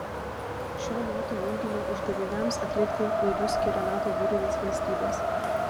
šio nato junginio uždaviniams atlikti laivus skiria nato jūrinės valstybės